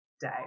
day